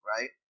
Right